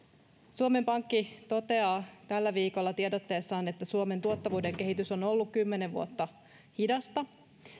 suomen pankki toteaa tällä viikolla tiedotteessaan että suomen tuottavuuden kehitys on on ollut kymmenen vuotta hidasta